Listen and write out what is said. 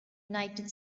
united